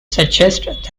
suggest